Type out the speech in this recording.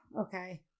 Okay